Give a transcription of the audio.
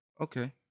Okay